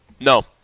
No